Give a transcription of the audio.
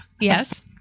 Yes